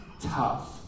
tough